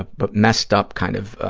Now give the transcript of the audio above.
but messed up kind of,